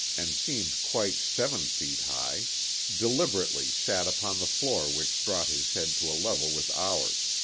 and seemed quite seven feet high deliberately sat upon the floor which brought his head to a level with ours.